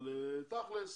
אבל תכלס